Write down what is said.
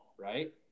right